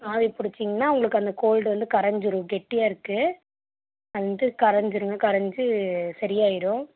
ஆவி பிடிச்சிங்கன்னா உங்களுக்கு அந்த கோல்ட் வந்து கரைஞ்சிரும் கெட்டியாக இருக்குது வந்து கரைஞ்சிரும் கரைஞ்சி சரியாகிரும்